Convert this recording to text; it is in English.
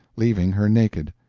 leaving her naked.